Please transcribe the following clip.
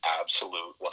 absolute